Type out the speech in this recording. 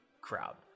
crowd